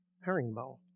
herringbone